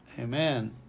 Amen